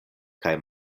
kaj